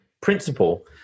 principle